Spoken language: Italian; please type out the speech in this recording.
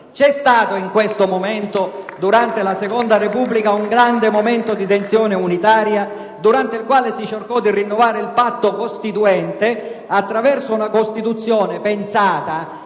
C'è stato, durante la seconda Repubblica, un grande momento di tensione unitaria durante il quale si cercò di rinnovare il patto costituente attraverso una Costituzione pensata.